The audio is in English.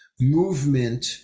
movement